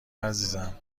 عزیزم